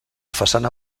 façana